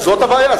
זאת הבעיה.